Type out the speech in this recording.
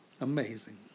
amazing